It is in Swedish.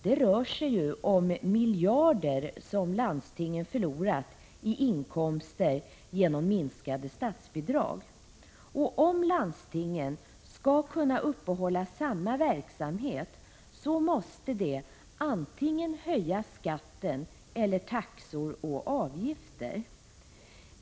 Det är miljarder som landstingen har förlorat i inkomster genom minskade statsbidrag. Om landstingen skall kunna bibehålla samma verksamhet, måste de höja antingen skatten eller taxor och avgifter.